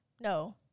no